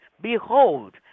Behold